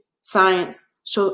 science